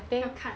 要看